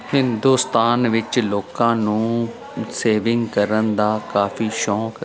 ਹਿੰਦੁਸਤਾਨ ਵਿੱਚ ਲੋਕਾਂ ਨੂੰ ਸੇਵਿੰਗ ਕਰਨ ਦਾ ਕਾਫ਼ੀ ਸ਼ੌਂਕ